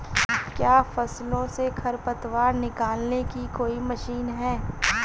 क्या फसलों से खरपतवार निकालने की कोई मशीन है?